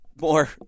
More